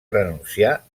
renunciar